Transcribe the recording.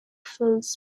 fields